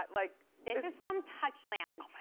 like this this is from touch land.